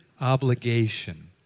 obligation